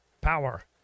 power